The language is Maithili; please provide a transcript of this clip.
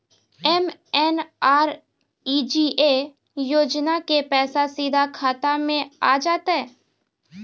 एम.एन.आर.ई.जी.ए योजना के पैसा सीधा खाता मे आ जाते?